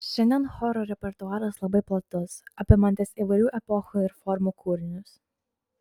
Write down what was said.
šiandien choro repertuaras labai platus apimantis įvairių epochų ir formų kūrinius